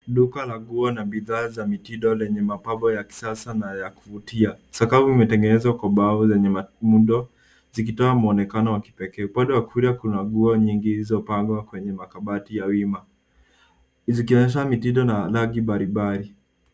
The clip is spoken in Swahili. Duka la nguo na bidhaa za mitindo lenye mapambo ya kisasa na ya kuvutia. Sakafu imetengenezwa kwa mbao zenye maundo zikitoa muonekano wa kipekee. Upande wa kulia, kuna nguo nyingi zilizopangwa kwa makabati ya wima zikionyesha mitindo na rangi mbalimbali.